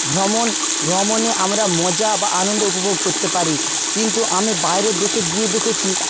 ভ্রমণ ভ্রমণে আমরা মজা বা আনন্দ উপভোগ করতে পারি কিন্তু আমি বাইরের দেশে গিয়ে দেখেছি